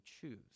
choose